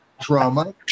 trauma